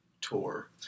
Tour